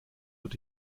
wird